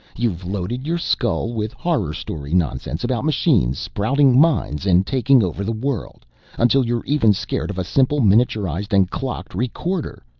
you've loaded your skull with horror-story nonsense about machines sprouting minds and taking over the world until you're even scared of a simple miniaturized and clocked recorder.